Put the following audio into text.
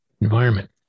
environment